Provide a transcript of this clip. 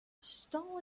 stall